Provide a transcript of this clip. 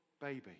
baby